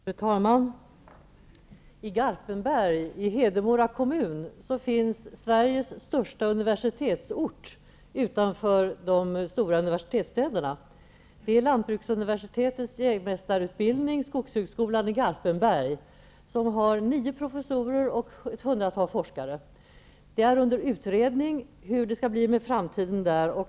Fru talman! Garpenberg i Hedemora kommun är Sveriges största universitetsort vid sidan av de stora universitetsstäderna. Det gäller lantbruksuniversitetets jägmästarutbildning vid Skogshögskolan i Garpenberg. Där finns nio professorer och ett hundratal forskare. Man utreder hur det skall bli i framtiden.